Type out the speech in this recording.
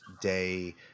day